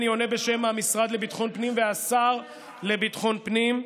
אני עונה בשם המשרד לביטחון פנים והשר לביטחון פנים.